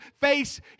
face